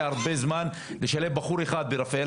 כבר הרבה זמן לשלב בחור אחד ברפאל.